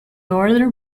order